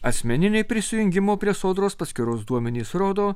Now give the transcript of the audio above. asmeniniai prisijungimo prie sodros paskyros duomenys rodo